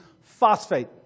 Phosphate